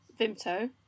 Vimto